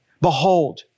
Behold